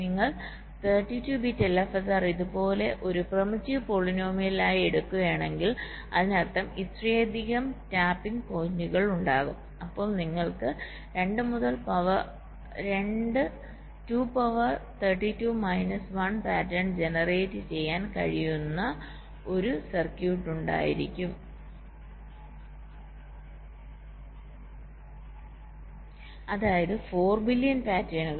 നിങ്ങൾ 32 bit LFSR ഇതുപോലെ ഒരു പ്രിമിറ്റീവ് പോളിനോമിയൽ എടുക്കുകയാണെങ്കിൽ അതിനർത്ഥം ഇത്രയധികം ടാപ്പിംഗ് പോയിന്റുകൾ ഉണ്ടാകും അപ്പോൾ നിങ്ങൾക്ക് 2 പവർ 32 മൈനസ് 1 പാറ്റേൺ ജനറേറ്റ് ചെയ്യാൻ കഴിയുന്ന ഒരു സർക്യൂട്ട് ഉണ്ടായിരിക്കാം അതായത് 4 ബില്യൺ പാറ്റേണുകൾ